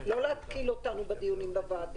לא להתקיל אותנו בדיונים בוועדה.